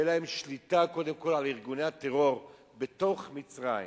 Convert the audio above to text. שתהיה להם שליטה על ארגוני הטרור בתוך מצרים.